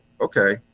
okay